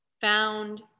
found